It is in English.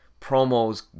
promos